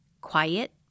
quiet